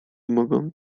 mogą